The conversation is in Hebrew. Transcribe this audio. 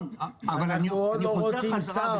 אנחנו עוד לא רוצים שר,